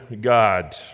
God